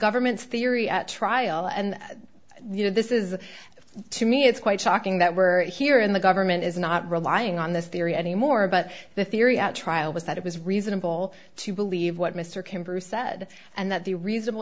government's theory at trial and you know this is to me it's quite shocking that we're here in the government is not relying on this theory anymore but the theory at trial was that it was reasonable to believe what mr ken bruce said and that the reasonable